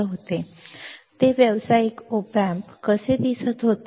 हे पहिले व्यावसायिक ऑप एम्प कसे दिसत होते